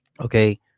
Okay